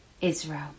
Israel